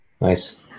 Nice